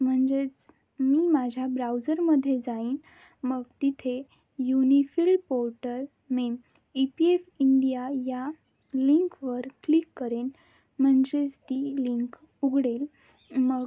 म्हणजेच मी माझ्या ब्राउझरमध्ये जाईन मग तिथे युनिफिल पोर्टल मेम ई पी एफ इंडिया या लिंकवर क्लिक करेन म्हणजेच ती लिंक उघडेल मग